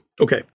Okay